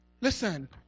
Listen